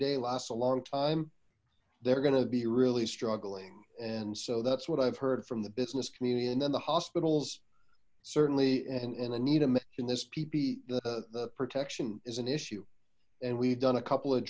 day lasts a long time they're going to be really struggling and so that's what i've heard from the business community and then the hospital's certainly and anita mccann this pp protection is an issue and we've done a couple of